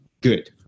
good